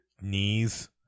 knees